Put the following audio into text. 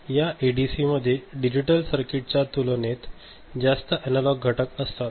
या एडीसी मध्ये digital circuit च्या तुलनेत जास्त अनालॉग घटक असतात